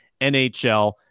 NHL